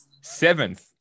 Seventh